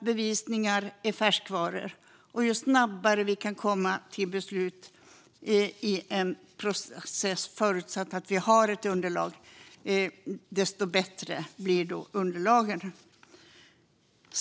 Bevisning är alltid färskvara, och ju snabbare vi kan komma till beslut i en process, förutsatt att vi har ett underlag, desto bättre.